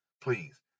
please